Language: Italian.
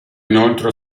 inoltre